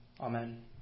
Amen